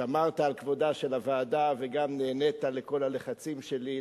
שמרת על כבודה של הוועדה וגם נענית לכל הלחצים שלי,